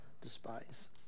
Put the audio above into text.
despise